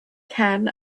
can